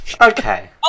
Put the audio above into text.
Okay